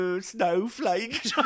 Snowflake